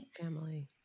Family